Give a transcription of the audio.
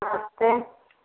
हाँ कौन